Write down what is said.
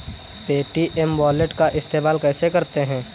Paytm wallet का इस्तेमाल कैसे करते हैं?